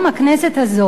הכנסת הזאת,